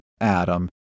Adam